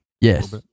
Yes